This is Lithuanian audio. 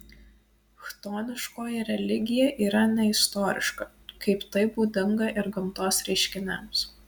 chtoniškoji religija yra neistoriška kaip tai būdinga ir gamtos reiškiniams